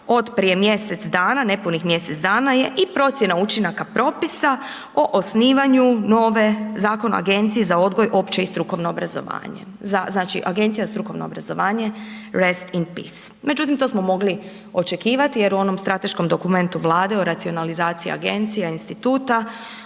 od prije mjesec dana, nepunih mjesec dana je i procjena učinaka propisa o osnivanju nove, Zakon o agenciji za odgoj, opće i strukovno obrazovanje. Znači, Agencija za strukovno obrazovanje…/Govornik se ne razumije/…međutim, to smo mogli očekivati jer u onom strateškom dokumentu Vlade, o racionalizaciji agencija, instituta,